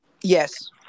Yes